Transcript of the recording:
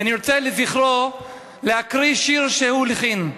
ואני רוצה לזכרו להקריא שיר שהוא הלחין,